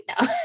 No